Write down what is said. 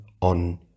on